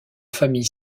famille